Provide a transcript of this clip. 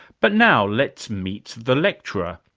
but now let's meet the lecturer,